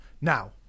now